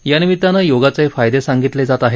यानिमित्तानं योगाचे फायदे सांगितले जात आहेत